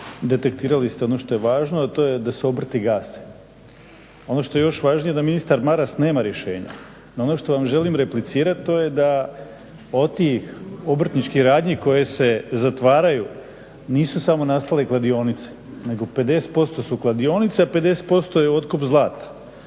detektirali ste ono što je važno a to je da se obrti gase. Ono što je još važnije da ministar Maras nema rješenja. No ono što vam želim replicirati da od tih obrtničkih radnji koje se zatvaraju nisu samo nastale kladionice nego 50% su kladionice a 50% je otkup zlata.